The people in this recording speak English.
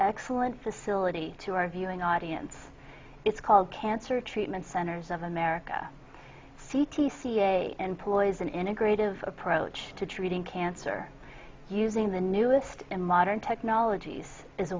excellent facility to our viewing audience it's called cancer treatment centers of america c t ca and poison integrative approach to treating cancer using the newest and modern technologies as